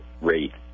rate